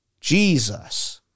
Jesus